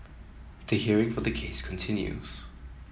the hearing for the case continues